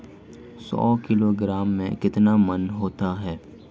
सौ किलोग्राम में कितने मण होते हैं?